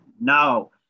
no